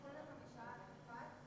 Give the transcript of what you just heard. לייצר פתרון.